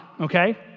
okay